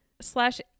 slash